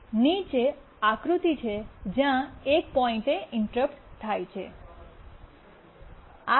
નીચે આકૃતિ છે જ્યાં એક પોઇન્ટએ ઇન્ટરપ્ટ થાય છે